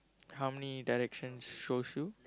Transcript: how many directions shows you